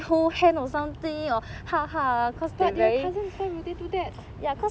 but they are cousins why would they do that